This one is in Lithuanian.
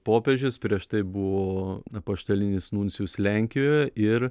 popiežius prieš tai buvo apaštalinis nuncijus lenkijoje ir